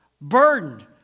burdened